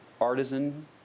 artisan